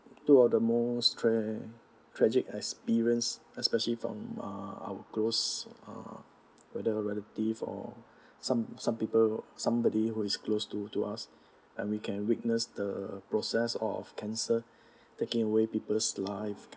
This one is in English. two of the most tra~ tragic experience especially from uh our close ah whether relative or some some people somebody who is close to to us and we can witness the process of cancer taking away people's life